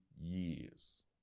years